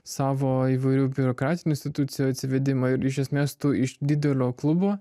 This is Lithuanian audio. savo įvairių biurokratinių institucijų atsivedimą ir iš esmės tu iš didelio klubo